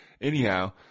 Anyhow